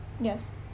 yes